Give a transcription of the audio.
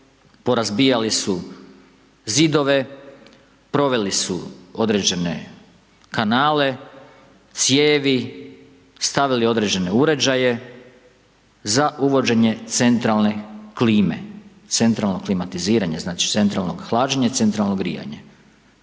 porazbijali su zidove, proveli su određene kanale, cijevi, stavili određene uređaje z uvođenje centralne klime, centralno klimatiziranje, znači centralno hlađenje i centralno grijanje.